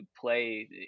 play